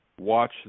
watch